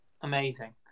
amazing